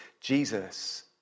Jesus